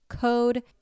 code